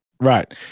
Right